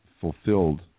fulfilled